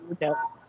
no